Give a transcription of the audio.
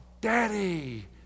daddy